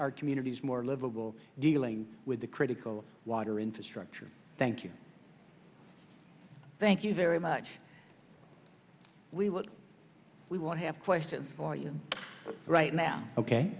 our communities more livable dealing with the critical water infrastructure thank you thank you very much we what we want to have questions for you right now ok